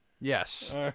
Yes